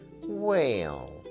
Well